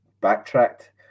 backtracked